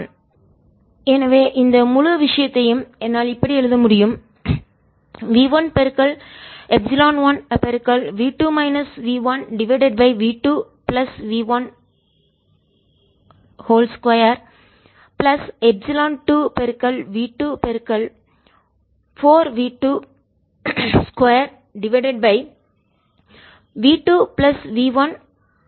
SincidentSreflectedStransmitted 12v1uI12v1uR12v2uT v11EI2v11ER2v22ET2 v11ER2v22ET2v11v2 v12v2v122v24v22v2v12EI2v10 எனவே இந்த முழு விஷயத்தையும் என்னால் இப்படி எழுத முடியும் V1 epsilon 1 V 2 minus V 1 divided by V2 plus V1 2 plus epsilon 2 V2 4v2 2 divided by V2 plus V1 2